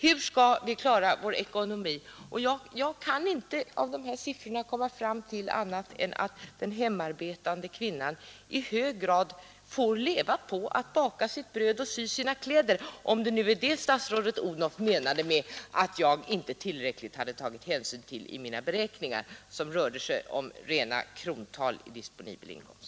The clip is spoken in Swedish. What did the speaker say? Hur skall vi kunna klara vår ekonomi? Jag kan inte av de här siffrorna komma fram till annat än att den hemarbetande kvinnan i hög grad måste leva på att baka sitt bröd och sy sina kläder, om nu det är vad statsrådet Odhnoff menade att jag inte hade tagit tillräcklig hänsyn till i mina beräkningar, som rörde sig om rena krontal i disponibel inkomst.